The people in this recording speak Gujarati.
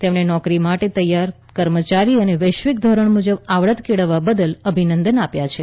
તેમણે નોકરી માટે તૈયાર કર્મચારીઓ અને વૈશ્વિક ધોરણો મુજબ આવડત કેળવવા બદલ અભિનંદન આપ્યા છે